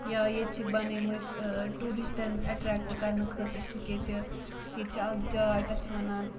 یا ییٚتہِ چھِکھ بَنٲے مٕتۍ ٹوٗرِسٹَن ایٚٹریکٹ کَرنہٕ خٲطرٕ چھِکھ ییٚتہِ ییٚتہِ چھِ اَکھ جاے تَتھ چھِ وَنان